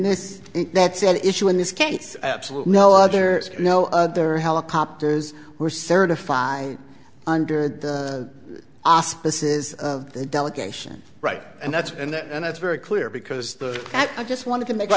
this that's an issue in this case absolutely no other no other helicopters were certified under the auspices of the delegation right and that's and that and it's very clear because the i just want to make